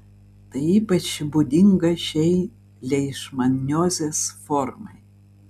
tai ypač būdinga šiai leišmaniozės formai